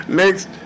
next